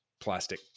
plastic